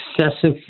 excessive